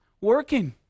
working